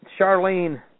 Charlene